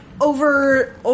over